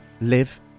live